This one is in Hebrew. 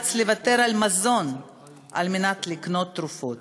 שנאלץ לוותר על מזון על מנת לקנות תרופות.